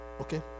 Okay